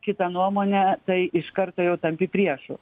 kitą nuomonę tai iš karto jau tampi priešu